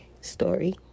story